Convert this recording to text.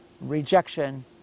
rejection